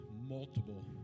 multiple